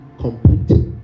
complete